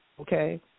okay